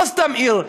לא סתם עיר,